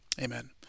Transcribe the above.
Amen